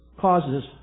causes